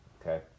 okay